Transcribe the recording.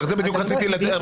בדיוק לזה רציתי להתייחס.